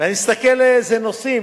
ואני מסתכל איזה נושאים,